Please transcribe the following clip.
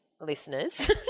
listeners